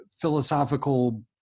philosophical